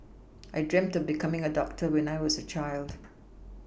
I dreamt becoming a doctor when I was a child